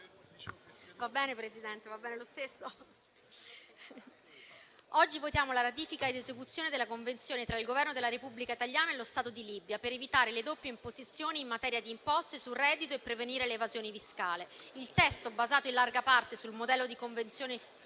oggi votiamo la ratifica ed esecuzione della Convenzione tra il Governo della Repubblica italiana e lo Stato di Libia per evitare le doppie imposizioni in materia di imposte sul reddito e prevenire l'evasione fiscale. Il testo, basato in larga parte sul modello di convenzione